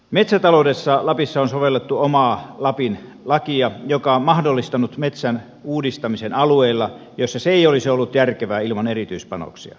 metsätaloudessa on lapissa sovellettu omaa lapin lakia joka on mahdollistanut metsän uudistamisen alueilla joilla se ei olisi ollut järkevää ilman erityispanoksia